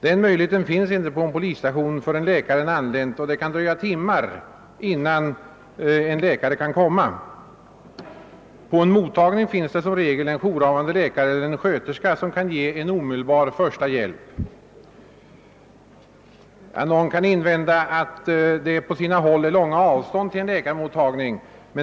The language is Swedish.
Den möjligheten finns inte på en polisstation förrän läkaren anlänt, och det kan dröja timmar. På en mottagning finns i regel en jourhavande läkare eller sköterska som kan ge en omedelbar första hjälp. Någon kan invända att det på sina håll är långa avstånd till en läkarmottagning.